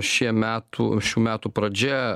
šie metų šių metų pradžia